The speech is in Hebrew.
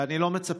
ואני לא מצפה,